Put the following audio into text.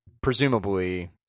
presumably